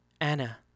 Anna